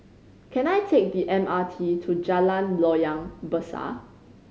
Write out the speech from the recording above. can I take the M R T to Jalan Loyang Besar